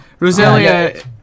Roselia